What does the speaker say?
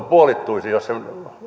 puolittuisi jos sen